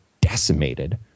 decimated